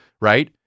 right